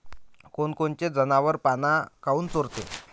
कोनकोनचे जनावरं पाना काऊन चोरते?